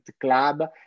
club